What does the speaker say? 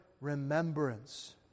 remembrance